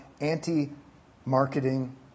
anti-marketing